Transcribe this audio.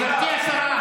גברתי השרה,